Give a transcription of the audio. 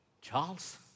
Charles